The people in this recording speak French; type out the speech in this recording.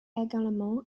également